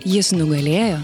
jis nugalėjo